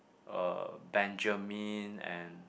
uh Benjamin and